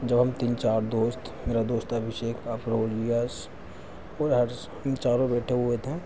जब हम तीन चार दोस्त मेरा दोस्त है अभिषेक और हर्ष हम चारों बेठे हुए थे